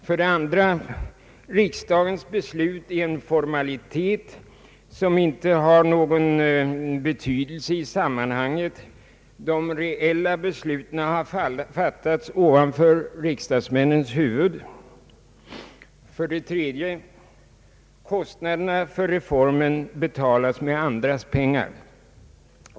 För det andra är riksdagens beslut en formalitet som inte har någon betydelse i sammanhanget. De reella besluten har fattats ovanför riksdagsmännens huvuden. För det tredje betalas kostnaderna för reformen med andras pengar.